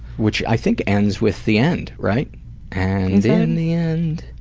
which i think ends with the end, right and in the end,